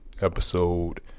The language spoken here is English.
episode